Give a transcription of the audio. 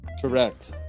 Correct